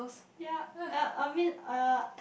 ya uh I mean uh